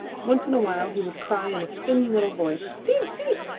once in a while he would cry in a thin little voice, seep! seep!